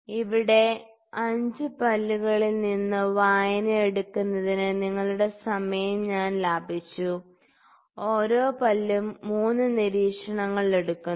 ഇവിടെ 5 പല്ലുകളിൽ നിന്ന് വായന എടുക്കുന്നതിന് നിങ്ങളുടെ സമയം ഞാൻ ലാഭിച്ചു ഓരോ പല്ലും 3 നിരീക്ഷണങ്ങൾ എടുക്കുന്നു